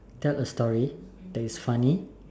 tell a story that is funny